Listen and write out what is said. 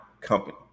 company